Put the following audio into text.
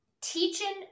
teaching